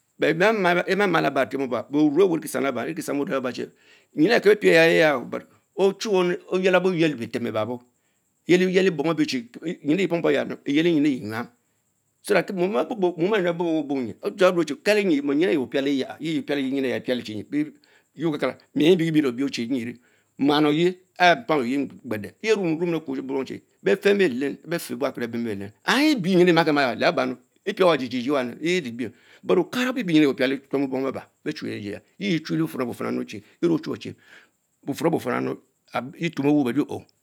Emama laba omeh owe nriekesam eriekie Sam chie, mpin eya ken beh pie, ya ya ya, ochmweh, oyelaboyen betem ebaso, mieye pom pom eha eyele myin ye yam, so that mom eh abubch wch mym odga me chie mpin e que mpiake ye yaha kele myin ye piele eya, teokekeca me bekibi le obio chi nyiree muas ore orelh yeh nimie chie beh feh me lene befen buakwe auwa aber beme belen ebie myin ayie makima. Caba ba casa, epie wa djie jive, jie eie biens but okara obiber nyin ech op piale Otuome bom eba otshue tenya, yievie Cebufum ebu fing eme ochure chie bufun ebuyfing tie otuom eme beluo oh.